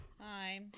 Hi